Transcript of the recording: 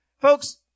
folks